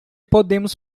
podemos